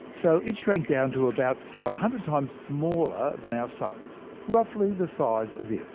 so it shrank down to about one hundred times smaller than our sun roughly the size of the earth.